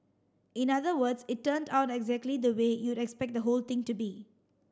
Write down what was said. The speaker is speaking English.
in other words it turned out exactly the way you'd expect the whole thing to be